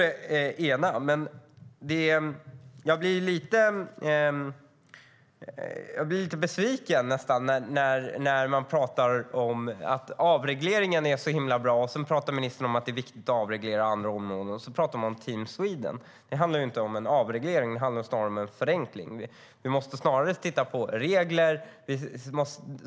Men jag blir lite besviken när det gäller avregleringen. Man pratar om att avregleringen är så himla bra, och ministern pratar om att det är viktigt att avreglera andra områden. Men så pratar man om Team Sweden. Det handlar inte om en avreglering, utan snarare om en förenkling. Vi måste snarare titta på regler.